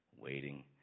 waiting